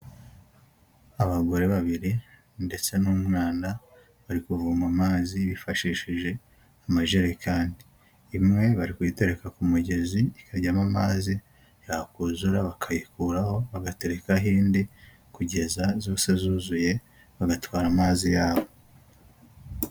Abagore babiri ndetse n'umwanda bari kuvoma amazi bifashishije amajerekani, imwe bari kuyitereka ku mugezi ikajyamo amazi yakuzura bakayikuraho bagaterekahede kugeza zose zuzuye bagatwara amazi yabo.